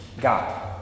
God